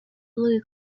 blue